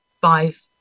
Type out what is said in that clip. five